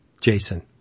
Jason